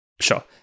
Sure